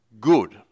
good